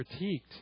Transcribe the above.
critiqued